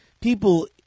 People